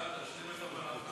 ישראל, תשלים את המלאכה.